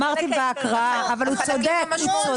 אמרתי שבהקראה אבל הוא צודק.